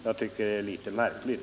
Det är, herr talman, litet märkligt.